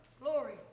Glory